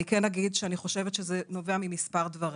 אני כן אגיד שאני חושבת שזה נובע ממספר דברים.